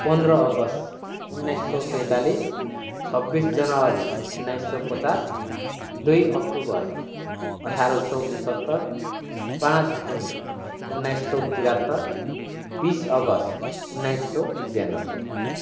पन्ध्र अगस्त उन्नाइसौँ सैँतालीस छब्बीस जनवरी उन्नाइसौँ पचास दुई अक्टोबर अठार सौ उनन्सत्तरी पाँच जुन उन्नाइस सौँ त्रिहत्तर बिस अगस्त उन्नाइस सौँ बयान्नब्बे